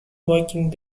walking